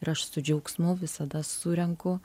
ir aš su džiaugsmu visada surenku